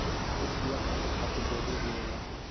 कुछ कीड़ा फसल खातिर जरूरी भी होला